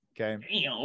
Okay